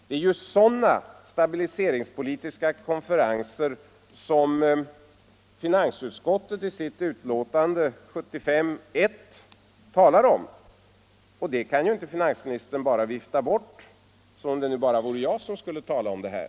Det är just sådana stabiliseringspolitiska konferenser som finansutskottet i sitt betänkande 1975:1 talar om, och det kan inte finansministern vifta bort som om det bara vore jag som skulle ta upp det här.